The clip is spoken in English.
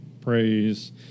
praise